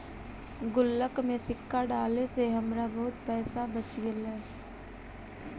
गुल्लक में सिक्का डाले से हमरा बहुत पइसा बच गेले